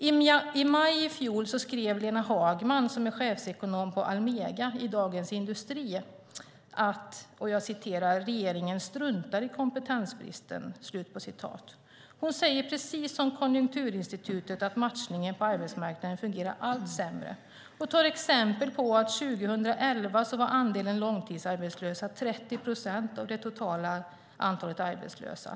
I maj i fjol skrev Lena Hagman, chefsekonom på Almega, i Dagens Industri: Regeringen struntar i kompetensbristen. Hon säger, precis som Konjunkturinstitutet, att matchningen på arbetsmarknaden fungerar allt sämre och tar som exempel att andelen långtidsarbetslösa 2011 var 30 procent av det totala antalet arbetslösa.